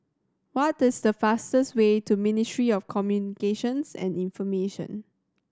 what is the fastest way to Ministry of Communications and Information